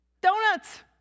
Donuts